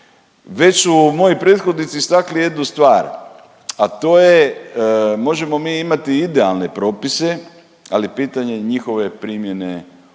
Već su moji prethodnici istakli jednu stvar, a to je možemo mi imati idealne propise, ali pitanje njihove primjene u